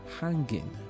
hanging